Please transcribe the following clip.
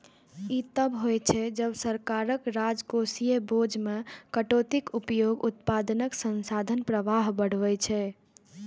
ई तब होइ छै, जब सरकार राजकोषीय बोझ मे कटौतीक उपयोग उत्पादक संसाधन प्रवाह बढ़बै छै